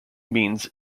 means